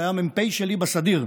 שהיה המ"פ שלי בסדיר,